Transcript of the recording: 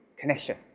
connection